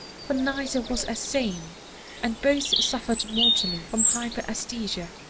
for neither was as sane and both suffered mortally from hyperaesthesia,